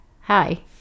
hi